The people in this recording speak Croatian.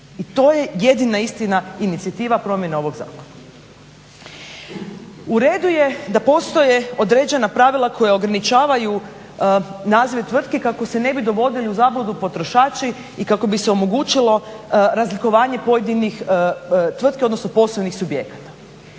I to je jedina istina inicijativa promjena ovog zakona. U redu je da postoje određena pravila koja ograničavaju nazive tvrtki kako se ne bi dovodili u zabludu potrošači i kako bi se omogućilo razlikovanje pojedinih tvrtki, odnosno poslovnih subjekata.